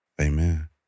Amen